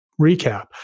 recap